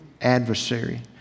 adversary